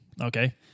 Okay